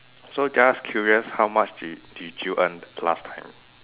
so just curious how much did did you earn last time